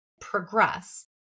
progress